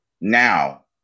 now